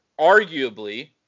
arguably